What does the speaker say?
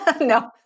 No